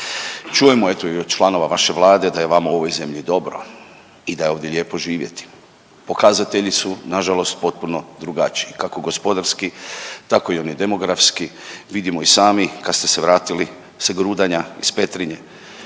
eto i od članova vaše Vlade da je vama u ovoj zemlji dobro i da je ovdje lijepo živjeti. Pokazatelji su nažalost potpuno drugačiji, kako gospodarski, tako i oni demografski, vidimo i sami, kad ste se vratili sa grudanja iz Petrinje